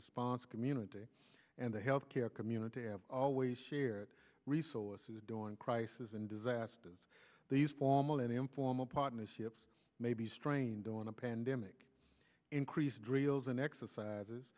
response community and the healthcare community have always shared resources dawn crisis and disasters these formal and informal partnerships may be strained on a pandemic increase drills and exercises